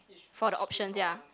for the options ya